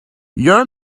your